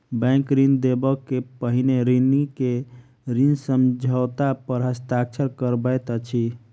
bank ऋण देबअ के पहिने ऋणी के ऋण समझौता पर हस्ताक्षर करबैत अछि